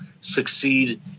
succeed